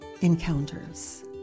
encounters